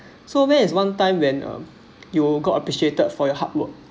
so when is one time when you got appreciated for your hard work